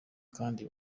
kandi